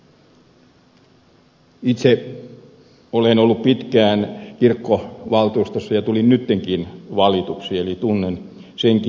itse olen ollut pitkään kirkkovaltuustossa ja tulin nyttenkin valituksi eli tunnen senkin